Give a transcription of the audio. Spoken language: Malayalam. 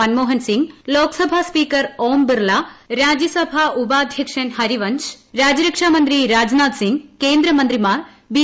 മൻമോഹൻ സ്പിക്ക് ലോക്സഭാസ്പീക്കർഓം ബിർള രാജ്യസഭാ ഉപാധ്യക്ഷൻ ഹരിവൻഷ് രാജ്യരക്ഷാ മന്ത്രി രാജ് നാഥ്സിംഗ് കേന്ദ്രമന്ത്രിമാർ ബി